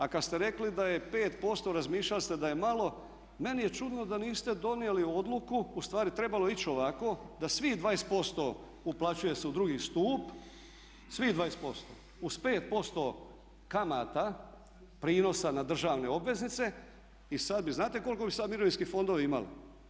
A kad ste rekli da je 5% razmišljali ste da je malo, meni je čudno da niste donijeli odluku, ustvari trebalo je ići ovako, da svih 20% uplaćuje se u drugi stup uz 5% kamata prinosa na državne obveznice i sad bi, znate koliko bi sad mirovinski fondovi imali?